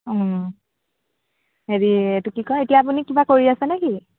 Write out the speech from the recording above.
অঁ হেৰি এইটো কি কয় এতিয়া আপুনি কিবা কৰি আছে নে কি